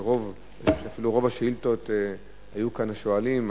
שברוב השאילתות היו כאן השואלים.